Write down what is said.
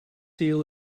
eel